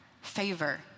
favor